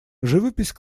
живопись